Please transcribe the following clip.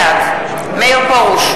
בעד מאיר פרוש,